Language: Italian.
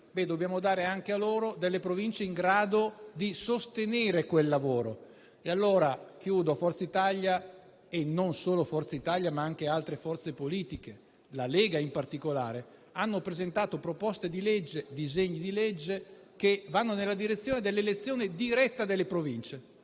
dobbiamo dare anche a loro delle Province in grado di sostenere quel lavoro. Concludo dicendo che Forza Italia e anche altre forze politiche (la Lega in particolare) hanno presentato disegni di legge che vanno nella direzione dell'elezione diretta delle Province;